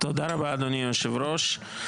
תודה רבה, אדוני יושב הראש.